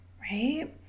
right